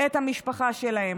את המשפחה שלהם